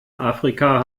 afrika